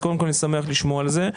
אז קודם כל אני שמח לשמוע על זה,